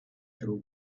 throw